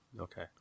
Okay